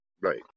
Right